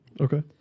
Okay